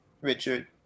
Richard